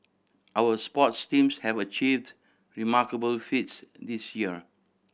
our sports teams have achieved remarkable feats this year